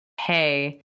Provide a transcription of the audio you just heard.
hey